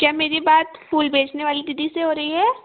क्या मेरी बात फूल बेचने वाली दीदी से हो रही है